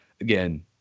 again